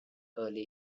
early